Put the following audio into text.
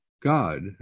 God